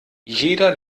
jeder